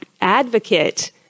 advocate